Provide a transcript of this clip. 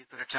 G സുരക്ഷ